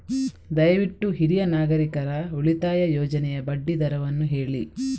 ದಯವಿಟ್ಟು ಹಿರಿಯ ನಾಗರಿಕರ ಉಳಿತಾಯ ಯೋಜನೆಯ ಬಡ್ಡಿ ದರವನ್ನು ಹೇಳಿ